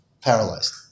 paralyzed